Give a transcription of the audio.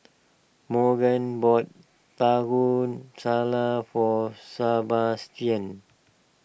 Magen bought Taco Salad for Sabastian